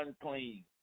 unclean